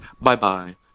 bye-bye